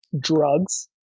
Drugs